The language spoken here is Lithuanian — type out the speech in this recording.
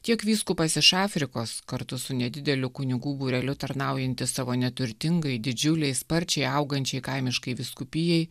tiek vyskupas iš afrikos kartu su nedideliu kunigų būreliu tarnaujantis savo neturtingai didžiulei sparčiai augančiai kaimiškai vyskupijai